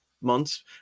months